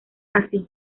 así